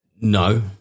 no